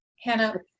Hannah